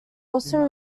also